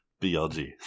BLG